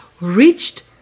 reached